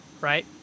right